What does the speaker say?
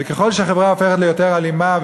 וככל שהחברה הופכת ליותר אלימה,